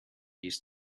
used